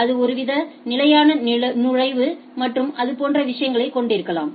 அது ஒருவித நிலையான நுழைவு மற்றும் அதுபோன்ற விஷயங்களை கொண்டிருக்கலாம்